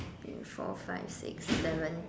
three four five six seven